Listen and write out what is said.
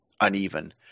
Uneven